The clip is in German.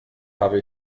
habe